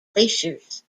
glaciers